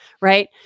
Right